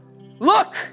look